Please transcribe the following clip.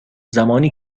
زمانی